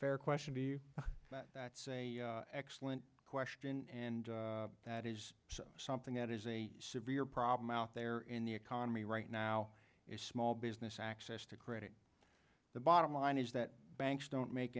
fair question to you that's a excellent question and that is something that is a severe problem out there in the economy right now is small business access to credit the bottom line is that banks don't make